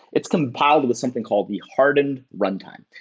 it's compiled with something called the hardened runtime.